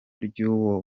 ry’uwo